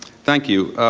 thank you.